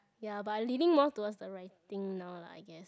ya but leaning more towards the writing now lah I guess